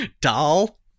doll